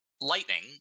lightning